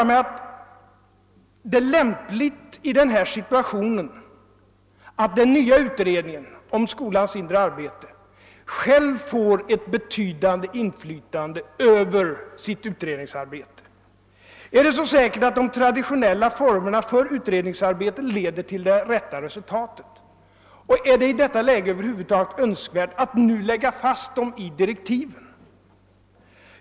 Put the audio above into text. Jag sade mig att det i denna situation var lämpligt att den nya utredningen om skolans inre arbete själv skulle få ett betydande inflytande över sin verksamhet. Var det så säkert att de traditionella formerna för utredningsarbete skulle leda till det rätta resultatet och var det i detta läge över huvud taget önskvärt att fastlägga dessa former i direktiven?